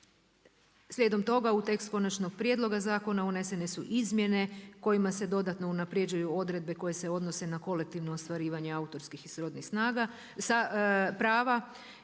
Slijedom toga, u tekst konačnog prijedloga zakona unesene su izmjene kojima se dodatno unapređuju odredbe koje se odnose na kolektivno ostvarivanje autorskih i srodnih prava.